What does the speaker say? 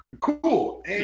cool